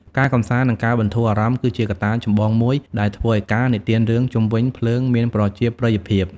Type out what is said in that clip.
ការកម្សាន្ត និងការបន្ធូរអារម្មណ៍ គឺជាកត្តាចម្បងមួយដែលធ្វើឱ្យការនិទានរឿងជុំវិញភ្លើងមានប្រជាប្រិយភាព។